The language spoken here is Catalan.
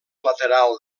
lateral